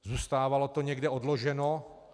Zůstávalo to někde odloženo.